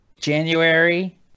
January